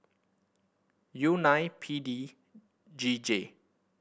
U nine P D G J